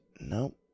Nope